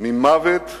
ממוות לחיים.